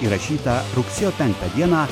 įrašytą rugsėjo penktą dieną